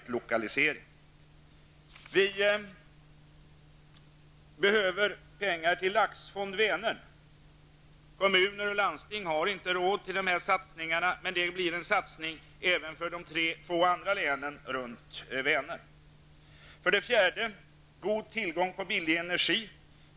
För det tredje behöver vi pengar till Laxfond Vänern. Kommuner och landsting har inte råd med sådana satsningar. Det här blir en satsning även för de två andra länen vid Vänern. För det fjärde gäller det att ha god tillgång till billig energi.